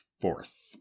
fourth